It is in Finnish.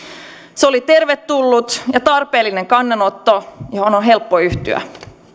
se oli tervetullut ja tarpeellinen kannanotto johon on helppo yhtyä